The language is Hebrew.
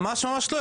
ממש לא,